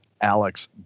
Alex